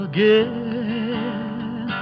Again